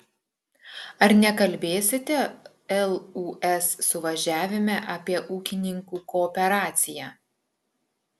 ar nekalbėsite lūs suvažiavime apie ūkininkų kooperaciją